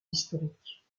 historiques